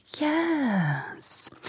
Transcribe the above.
Yes